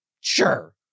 sure